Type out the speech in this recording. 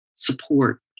support